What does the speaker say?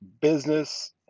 business